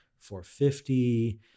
450